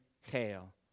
hail